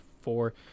four